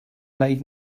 like